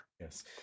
Yes